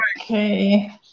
Okay